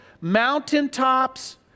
mountaintops